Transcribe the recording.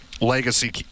legacy